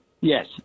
Yes